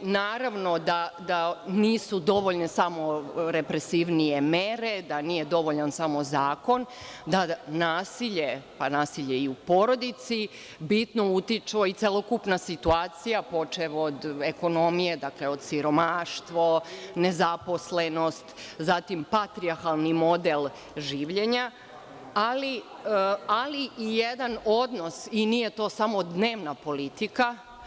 naravno da nisu dovoljne samo represivnije mere, da nije dovoljan samo zakon, da na nasilje, pa nasilje i u porodici, bitno utiče i celokupna situacija, počev od ekonomije, dakle, siromaštvo, nezaposlenost, zatim patrijarhalni model življenja, ali i jedan odnos, i nije to samo dnevna politika.